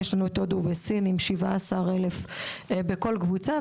יש לנו את הודו וסין עם 17,000 בכל קבוצה,